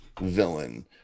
villain